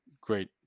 great